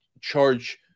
charge